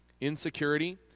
insecurity